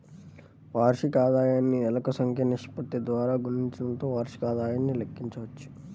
వార్షిక ఆదాయాన్ని నెలల సంఖ్య నిష్పత్తి ద్వారా గుణించడంతో వార్షిక ఆదాయాన్ని లెక్కించవచ్చు